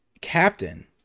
captain